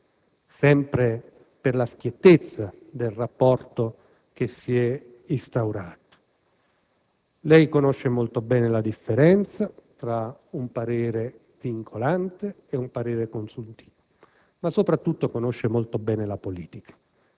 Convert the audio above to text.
Due cose per finire, sempre per la schiettezza del rapporto che si è instaurato: lei conosce molto bene la differenza tra un parere vincolante e un parere consultivo,